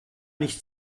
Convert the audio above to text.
nicht